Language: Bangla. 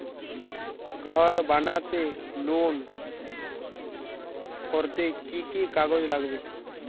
ঘর বানাতে লোন করতে কি কি কাগজ লাগবে?